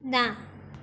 ના